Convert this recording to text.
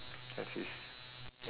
have his ya